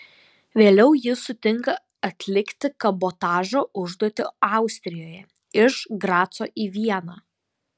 vėliau jis sutinka atlikti kabotažo užduotį austrijoje iš graco į vieną